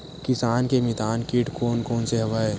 किसान के मितान कीट कोन कोन से हवय?